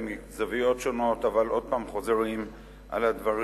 מזוויות שונות אבל עוד פעם חוזרים על הדברים.